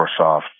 Microsoft